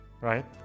right